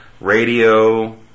radio